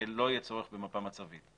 לא יהיה צורך במפה מצבית.